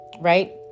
right